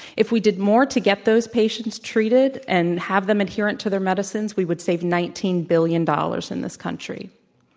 if we did more to get those patients treated and have them adherent to their medicines, we would save nineteen billion dollars in this country.